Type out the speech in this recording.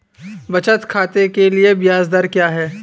बचत खाते के लिए ब्याज दर क्या है?